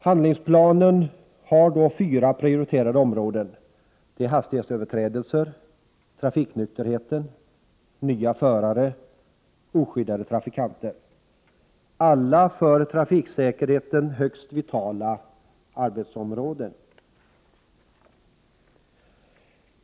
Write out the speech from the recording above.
Handlingsplanen har fyra prioriterade områden: hastighetsöverträdelser, trafiknykterhet, nya förare, oskyddade trafikanter, alla för trafiksäkerheten högst vitala arbetsområden.